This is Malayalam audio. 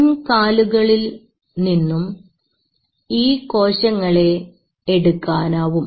മുൻകാലുകളിൽ നിന്നും ഈ കോശങ്ങളെ എടുക്കാനാവും